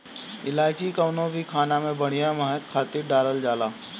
इलायची कवनो भी खाना में बढ़िया महक खातिर डालल जाला